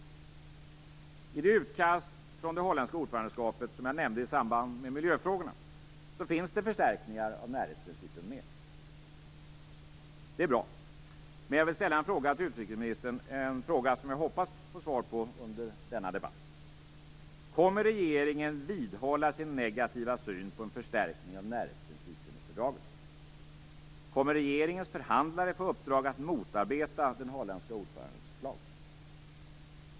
I det utkast från det holländska ordförandeskapet som jag nämnde i samband med miljöfrågorna finns det förstärkningar av närhetsprincipen. Det är bra. Men jag vill ställa två frågor till utrikesministern - två frågor som jag hoppas få svar på under denna debatt. Kommer regeringen vidhålla sin negativa syn på en förstärkning av närhetsprincipen i fördraget? Kommer regeringens förhandlare få i uppdrag att motarbeta den holländske ordförandens förslag?